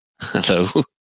Hello